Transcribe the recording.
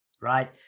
right